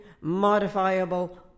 modifiable